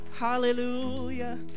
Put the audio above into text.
Hallelujah